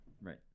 Right